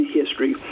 history